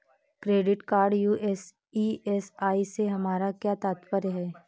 Credit card US EMI से हमारा क्या तात्पर्य है?